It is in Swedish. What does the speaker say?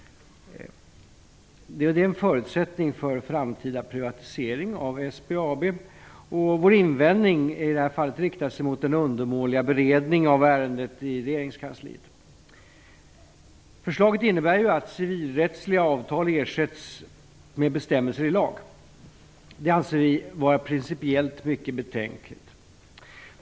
Det är en förutsättning för en framtida privatisering av SBAB. Vår invändning riktar sig mot den undermånliga beredningen av ärendet i regeringskansliet. Förslaget innebär ju att civilrättsliga avtal ersätts av bestämmelser i lag, vilket vi anser vara principiellt mycket betänkligt.